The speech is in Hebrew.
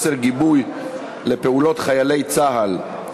חוסר גיבוי לפעולות חיילי צה"ל",